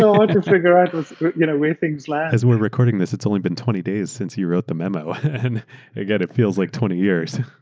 so hard to figure out you know where things land. as we're recording this, it's only been twenty days since you wrote the memo and again, it feels like twenty years.